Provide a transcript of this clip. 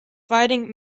fighting